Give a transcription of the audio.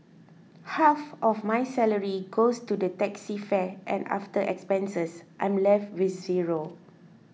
half of my salary goes to the taxi fare and after expenses I'm left with zero